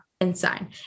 inside